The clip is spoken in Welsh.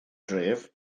dref